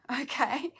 okay